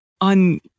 on